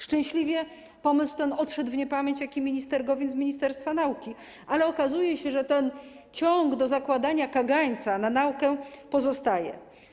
Szczęśliwie ten pomysł odszedł w niepamięć, jak i minister Gowin z ministerstwa nauki, ale okazuje się, że ten ciąg do zakładania kagańca nauce pozostaje.